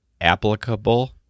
applicable